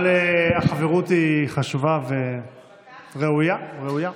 אבל החברות חשובה וראויה.